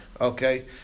okay